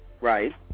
Right